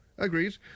Agreed